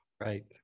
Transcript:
Right